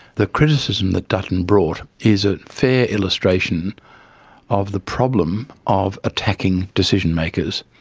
the criticism that dutton brought is a fair illustration of the problem of attacking decision-makers.